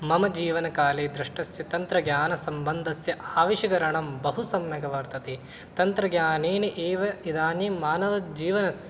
मम जीवनकाले द्रष्टस्य तन्त्रज्ञानसम्बन्धस्य आविष्करणं बहुसम्यक् वर्तते तन्त्रज्ञानेन एव इदानीं मानवजीवनस्य